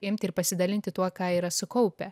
imti ir pasidalinti tuo ką yra sukaupę